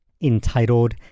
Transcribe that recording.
entitled